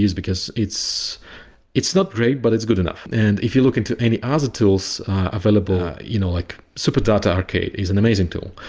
because it's it's not great, but it's good enough. and if you look into any other tools available, you know like superdata arcade is an amazing tool.